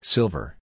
Silver